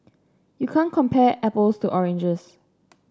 you can't compare apples to oranges